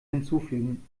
hinzufügen